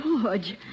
George